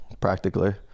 practically